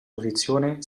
posizione